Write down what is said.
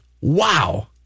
wow